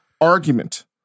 argument